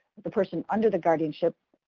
the person under the guardianship,